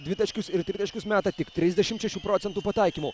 dvitaškius ir tritaškius meta tik trisdešimt šešių procentų pataikymu